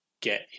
get